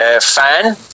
fan